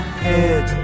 head